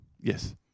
Yes